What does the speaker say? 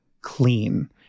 clean